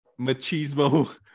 machismo